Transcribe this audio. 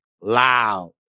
loud